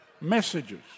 messages